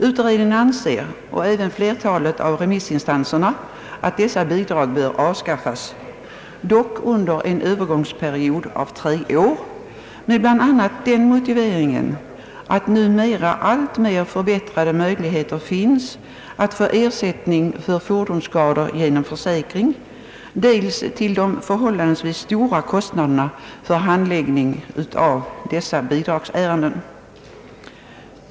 Utredningen — och även flertalet remissinstanser — anser att dessa bidrag bör avskaffas, dock under en övergångsperiod av tre år. Motiveringen härtill är dels att det numera finns synnerligen förbättrade möjligheter att få ersättning för fordonsskador genom försäkring, dels de förhållandevis stora kostnaderna för handläggning av dessa bidragsärenden.